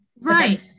Right